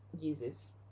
uses